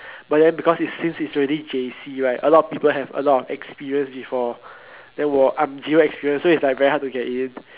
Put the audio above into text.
but then because since it is already J_C right a lot of people have a lot of experience before then while I'm zero experience so it is very hard to get in